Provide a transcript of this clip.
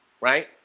right